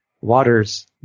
Waters